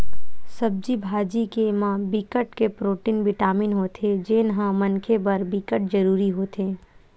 सब्जी भाजी के म बिकट के प्रोटीन, बिटामिन होथे जेन ह मनखे बर बिकट जरूरी होथे